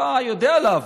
אתה יודע לעבוד.